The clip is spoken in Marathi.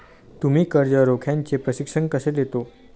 तुम्ही कर्ज रोख्याचे प्रशिक्षण कसे देता?